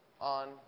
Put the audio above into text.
on